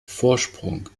vorsprung